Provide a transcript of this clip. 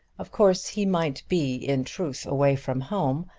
of course he might be in truth away from home,